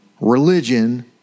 Religion